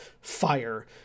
fire